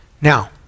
Now